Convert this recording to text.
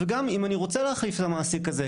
וגם אם אני רוצה להחליף את העסיק הזה,